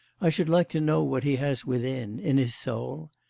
i should like to know what he has within, in his soul?